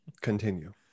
Continue